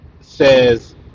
says